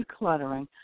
decluttering